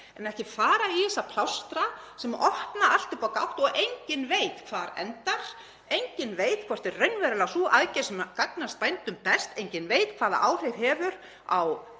Ekki að fara í þessa plástra sem opna allt upp á gátt og enginn veit hvar endar, sem enginn veit hvort er raunverulega sú aðgerð sem gagnast bændum best og enginn veit hvaða áhrif hefur á